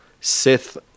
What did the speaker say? Sith